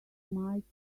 mighty